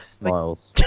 Miles